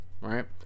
right